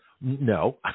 No